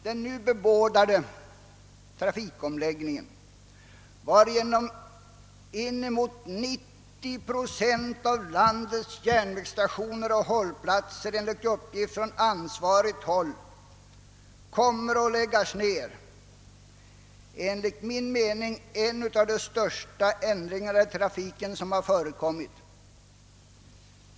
Den nu bebådade trafikomläggningen, varigenom 90 procent av landets järnvägsstationer och hållplatser enligt uppgift från ansvarigt håll kommer att läggas ned, är enligt min mening en av de största ändringar i trafiken som förekommit.